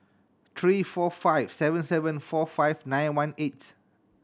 three four five seven seven four five nine one eight